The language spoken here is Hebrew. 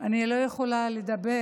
אני לא יכולה לדבר